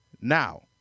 Now